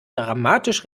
dramatisch